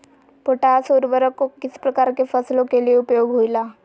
Potash उर्वरक को किस प्रकार के फसलों के लिए उपयोग होईला?